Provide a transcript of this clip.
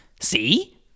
see